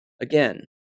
Again